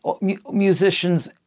musicians